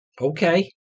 Okay